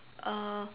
uh